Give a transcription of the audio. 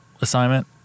assignment